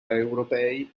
europei